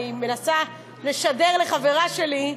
אני מנסה לשדר לחברה שלי,